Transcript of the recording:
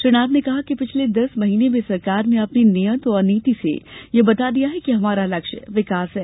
श्री नाथ ने कहा कि पिछले दस महीने में सरकार ने अपनी नीयत और नीति से ये बता दिया है कि हमारा लक्ष्य विकास है